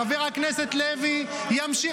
חבר הכנסת לוי ימשיך